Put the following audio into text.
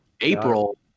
April